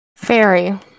Fairy